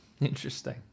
Interesting